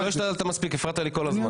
לא השתדלת מספיק, הפרעת לי כל הזמן.